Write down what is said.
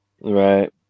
right